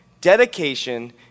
dedication